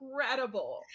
incredible